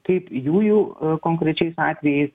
kaip jųjų konkrečiais atvejais